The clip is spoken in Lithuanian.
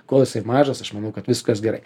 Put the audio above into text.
kol jisai mažas aš manau kad viskas gerai